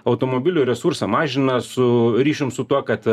automobilių resursą mažina su ryšium su tuo kad